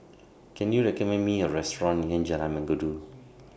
Can YOU recommend Me A Restaurant near Jalan Mengkudu